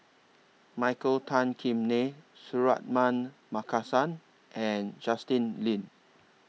Michael Tan Kim Nei Suratman Markasan and Justin Lean